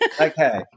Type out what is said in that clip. Okay